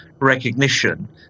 recognition